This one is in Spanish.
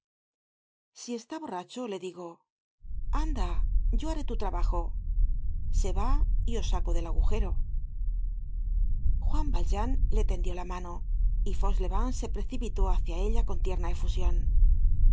si está borracho le digo anda yo haré tu trabajo se va y os saco del agujero content from google book search generated at juan valjean le tendió la mano y fauchelevent se precipitó hácia ella con tierna efusion